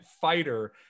fighter